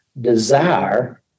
desire